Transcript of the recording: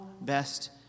best